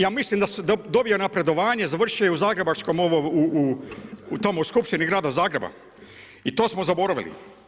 Ja mislim da je dobio napredovanje završio u zagrebačkom tamo u skupštini Grada Zagreba i to smo zaboravili.